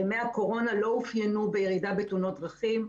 ימי הקורונה לא אופיינו בירידה בתאונות דרכים.